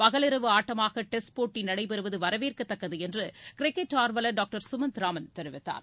பகலிரவு ஆட்டமாக டெஸ்ட் போட்டி நடைபெறுவது வரவேற்கத்தக்கது என்று கிரிக்கெட் ஆர்வலர் டாக்டர் சுமந்த் ராமன் தெரிவித்தார்